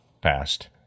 passed